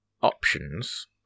options